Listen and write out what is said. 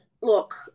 look